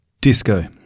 Disco